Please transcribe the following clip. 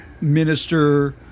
minister